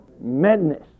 madness